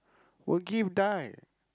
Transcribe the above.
will give die